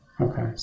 Okay